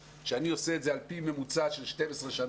שאני עושה את זה על פי ממוצע של 12 שנה,